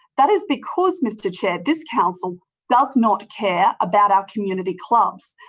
that is because, mr chair, this council does not care about our community clubs.